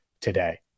today